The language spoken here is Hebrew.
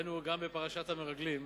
ראינו גם בפרשת המרגלים.